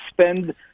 spend